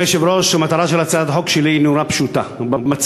הצעת חוק חוזה הביטוח (תיקון,